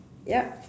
yup